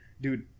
dude